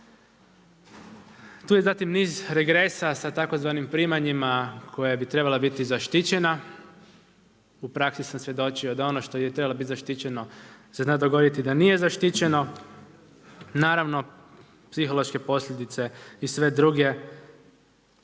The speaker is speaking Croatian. Tu je zatim niz regresa sa tzv. primanjima koja bi trebala biti zaštićena. U praksi sam svjedočio da ono što je trebalo biti zaštićeno se zna dogoditi da nije zaštićeno. Naravno psihološke posljedice i sve druge